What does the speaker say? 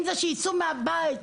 אם זה על מנת שיצאו מהבית אפילו,